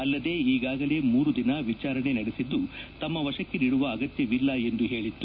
ಅಲ್ಲದೆ ಈಗಾಗಲೇ ಮೂರು ದಿನ ವಿಚಾರಣೆ ನಡೆಸಿದ್ದು ತಮ್ಮ ವಶಕ್ಕೆ ನೀದುವ ಅಗತ್ಯವಿಲ್ಲ ಎಂದು ಹೇಳಿತ್ತು